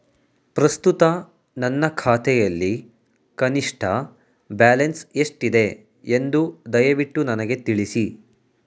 ಪ್ರಸ್ತುತ ನನ್ನ ಖಾತೆಯಲ್ಲಿ ಕನಿಷ್ಠ ಬ್ಯಾಲೆನ್ಸ್ ಎಷ್ಟಿದೆ ಎಂದು ದಯವಿಟ್ಟು ನನಗೆ ತಿಳಿಸಿ